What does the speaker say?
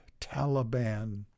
Taliban